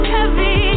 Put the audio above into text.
Heavy